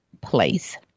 place